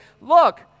look